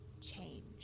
change